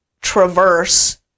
traverse